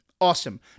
awesome